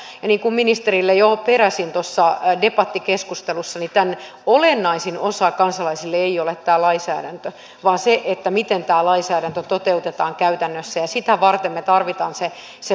niin kuin ministerille jo peräsin tuossa debattikeskustelussa niin tämän olennaisin osa kansalaisille ei ole tämä lainsäädäntö vaan se miten tämä lainsäädäntö toteutetaan käytännössä ja sitä varten me tarvitsemme sen palveluväylän